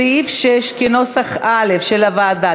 סעיף 6 כנוסח א' של הוועדה,